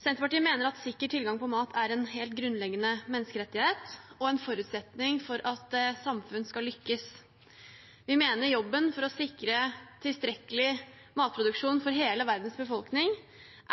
Senterpartiet mener at sikker tilgang på mat er en helt grunnleggende menneskerettighet og en forutsetning for at samfunn skal lykkes. Vi mener jobben med å sikre tilstrekkelig matproduksjon for hele verdens befolkning